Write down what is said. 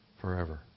forever